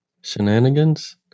Shenanigans